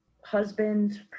husband